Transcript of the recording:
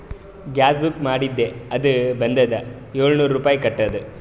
ಗ್ಯಾಸ್ಗ book ಮಾಡಿದ್ದೆ ಅದು ಬಂದುದ ಏಳ್ನೂರ್ ರುಪಾಯಿ ಕಟ್ಟುದ್